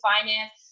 finance